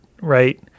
right